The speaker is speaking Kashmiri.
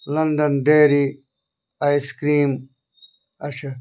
لَنٛڈَن ڈٮ۪ری آیِس کریٖم اچھا